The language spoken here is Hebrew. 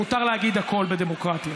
מותר להגיד הכול בדמוקרטיה,